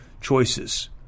choices